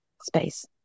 Space